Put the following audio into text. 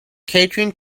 catherine